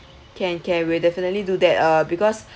can can we will definitely do that uh because